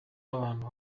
abantu